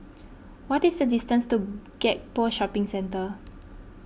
what is the distance to Gek Poh Shopping Centre